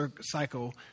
cycle